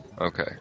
Okay